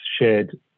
shared